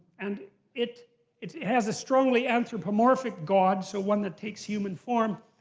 and it it has a strongly anthropomorphic god, so one that takes human form.